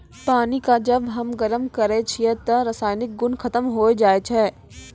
पानी क जब हम गरम करै छियै त रासायनिक गुन खत्म होय जाय छै